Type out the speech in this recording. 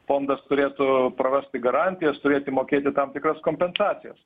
fondas turėtų prarasti garantijas turėti mokėti tam tikras kompensacijas